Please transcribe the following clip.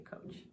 coach